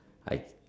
I